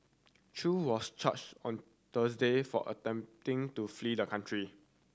Chew was charged on Thursday for attempting to flee the country